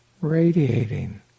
radiating